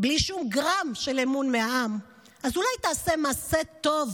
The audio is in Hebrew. בלי שום גרם של אמון מהעם, אז אולי תעשה מעשה טוב